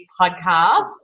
Podcast